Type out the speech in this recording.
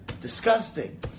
Disgusting